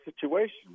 situation